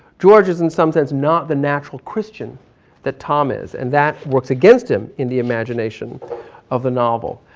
george isn't something that's not the natural christian that tom is and that works against him in the imagination of the novel.